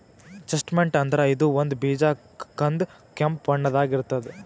chestnut ಅಂದ್ರ ಇದು ಒಂದ್ ಬೀಜ ಕಂದ್ ಕೆಂಪ್ ಬಣ್ಣದಾಗ್ ಇರ್ತದ್